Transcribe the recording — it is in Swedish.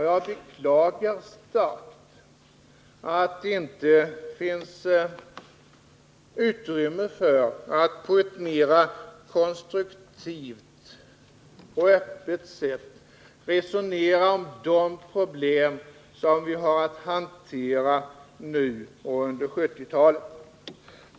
Jag beklagar starkt att det inte finns utrymme för att på ett mera konstruktivt och öppet sätt resonera om de problem som vi har att hantera nu och under 1980-talet.